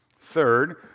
Third